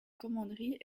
commanderie